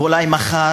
על משהו אחר,